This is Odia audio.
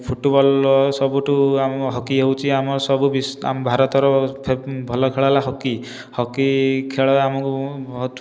ଫୁଟବଲ ସବୁଠାରୁ ଆମ ହକି ହେଉଛି ଆମ ସବୁ ଆମ ଭାରତର ଭଲ ଖେଳ ହେଲା ହକି ହକି ଖେଳ ଆମକୁ ବହୁତ